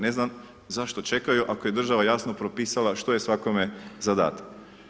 Ne znam zašto čekaju ako je država jasno propisala što je svakome zadatak.